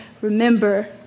remember